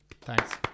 Thanks